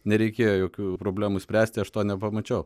nereikėjo jokių problemų spręsti aš to nepamačiau